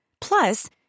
Plus